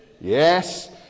Yes